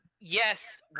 yes